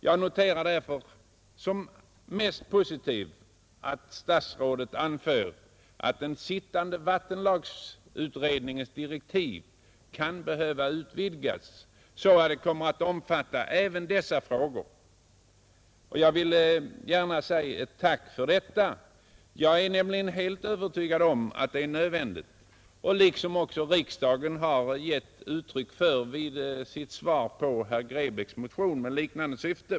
Jag noterar därför som mest positivt att statsrådet anför att den sittande vattenlagsutredningens direktiv kan behöva utvidgas, så att de kommer att omfatta även dessa frågor. Jag vill gärna tacka för detta. Jag är nämligen helt övertygad om att det är en nödvändig sak — vilket riksdagen också har givit uttryck för vid behandlingen av en motion av herr Grebäck med liknande syfte.